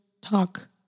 talk